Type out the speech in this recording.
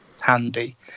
handy